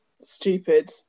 stupid